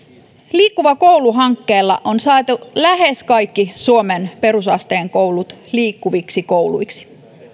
liikkuva koulu hankkeella on saatu lähes kaikki suomen perusasteen koulut liikkuviksi kouluiksi